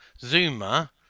Zuma